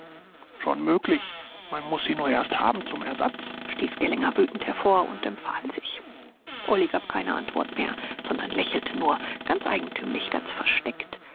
schon möglich man muß sie nur erst haben zum einsatz stieß grellinger wütend hervor und empfahl sich olly gab keine antwort mehr sondern lächelte nur ganz eigentümlich ganz versteckt